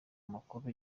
makuru